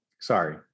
Sorry